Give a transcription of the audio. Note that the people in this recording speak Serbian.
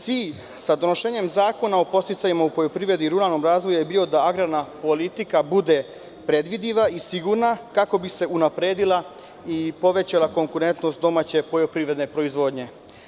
Cilj donošenja Zakona o podsticajima u poljoprivredi i ruralnom razvoju je bio da agrarna politika bude predvidiva i sigurna, kako bi se unapredila i povećala konkurentnost domaće poljoprivredne proizvodnje.